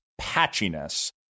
patchiness